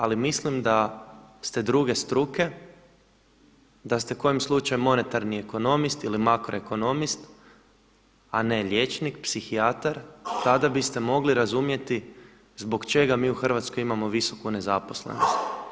Ali mislim da ste druge struke, da ste kojim slučajem monetarni ekonomist ili markoekonomist, a ne liječnik psihijatar, tada biste mogli razumjeti zbog čega mi u Hrvatskoj imamo visoku nezaposlenost.